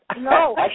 No